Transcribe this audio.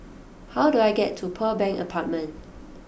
how do I get to Pearl Bank Apartment